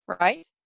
Right